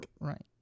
Right